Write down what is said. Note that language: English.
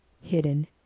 hidden